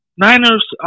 Niners